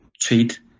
treat